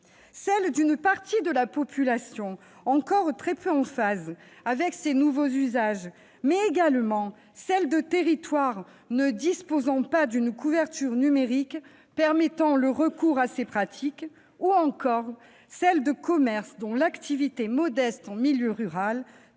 celle d'une partie de la population encore très peu en phase avec ces nouveaux usages, mais également celle de territoires ne disposant pas d'une couverture numérique permettant le recours à ces pratiques ou encore celle de commerces dont l'activité modeste en milieu rural